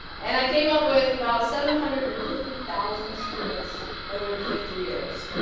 and i came up with about seven hundred and fifty thousand students over the fifty years